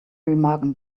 remagen